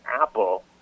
apple